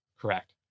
correct